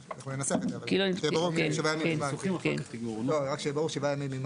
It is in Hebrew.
אנחנו ננסח את זה, רק שזה ברור שזה שבעה ימים.